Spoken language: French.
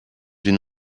une